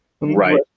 right